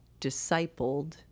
discipled